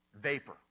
Vapor